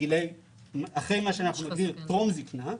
אחרי מה שנגדיר טרום זקנה,